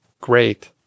Great